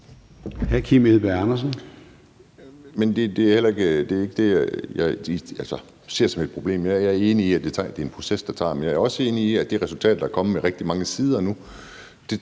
Jeg er enig i, det er en proces, der tager tid. Men jeg er også enig i, at det resultat, der er kommet nu, og som er på rigtig mange sider,